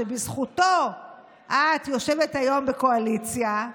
שבזכותו את יושבת היום בקואליציה,